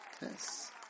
Yes